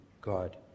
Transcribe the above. God